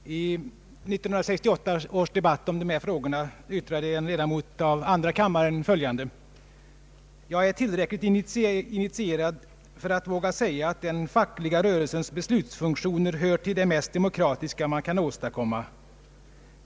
Herr talman! Vid 1968 års debatt om dessa frågor yttrade en ledamot av andra kammaren följande: ”Jag är tillräckligt initierad för att våga säga att den fackliga rörelsens beslutsfunktioner hör till det mest demokratiska man kan åstadkomma.